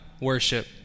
worship